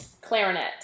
Clarinet